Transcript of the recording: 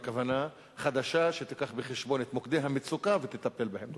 הכוונה, שתיקח בחשבון את מוקדי המצוקה ותטפל בהם.